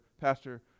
Pastor